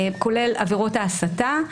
כולל עבירות ההסתה.